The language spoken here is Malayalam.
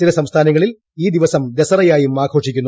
ചില സംസ്ഥാനങ്ങളിൽ ഈ ദിവസം ദസറയായും ആഘോഷിക്കുന്നു